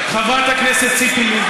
חברת הכנסת ציפי לבני,